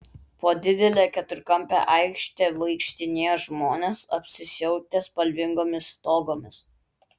po didelę keturkampę aikštę vaikštinėjo žmonės apsisiautę spalvingomis togomis